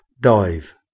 Dive